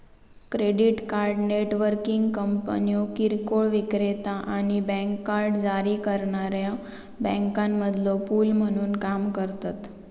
credit card networking कंपन्यो किरकोळ विक्रेता आणि बँक कार्ड जारी करणाऱ्यो बँकांमधलो पूल म्हणून काम करतत